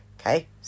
okay